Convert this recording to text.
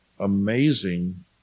Amazing